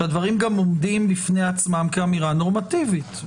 שהדברים גם עומדים בפני עצמם כאמירה נורמטיבית.